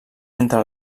entre